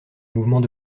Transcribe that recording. mouvements